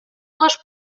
les